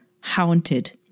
Haunted